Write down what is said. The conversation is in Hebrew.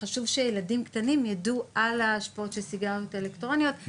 וחשוב שילדים קטנים יידעו על ההשפעות של הסיגריות האלקטרוניות,